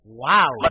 wow